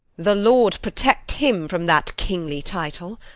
the lord protect him from that kingly title!